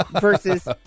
versus